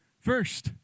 First